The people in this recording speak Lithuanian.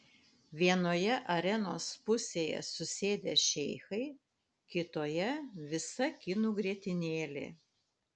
vienoje arenos pusėje susėdę šeichai kitoje visa kinų grietinėlė